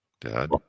Dad